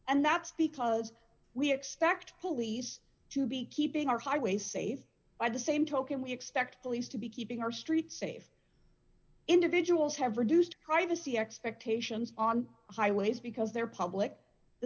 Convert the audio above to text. and that's because we expect police to be keeping our highways safe by the same token we expect police to be keeping our streets safe individuals have reduced privacy expectations on highways because they're public the